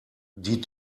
die